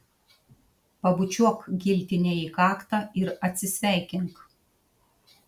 pabučiuok giltinei į kaktą ir atsisveikink